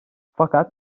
fakat